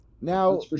Now